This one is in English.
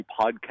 podcast